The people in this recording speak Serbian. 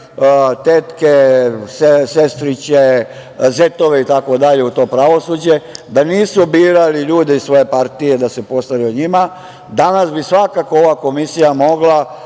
tetke, sestriće, zetove itd. u to pravosuđe, da nisu birali ljude iz svoje partije da se postaraju o njima, danas bi svakako ova Komisija mogla